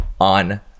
on